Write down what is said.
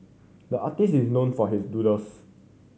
the artist is known for his doodles